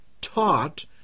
taught